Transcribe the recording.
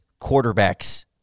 quarterbacks